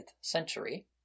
century